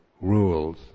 rules